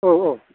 औ औ